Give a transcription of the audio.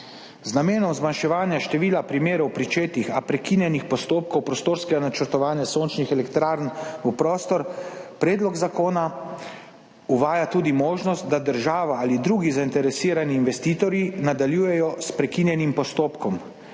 Z namenom zmanjševanja števila primerov pričetih, a prekinjenih postopkov prostorskega načrtovanja sončnih elektrarn v prostor predlog zakona uvaja tudi možnost, da država ali drugi zainteresirani investitorji nadaljujejo s prekinjenim postopkom.